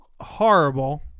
horrible